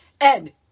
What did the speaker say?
Ed